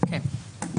כן.